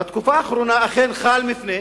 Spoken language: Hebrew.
בתקופה האחרונה אכן חל מפנה,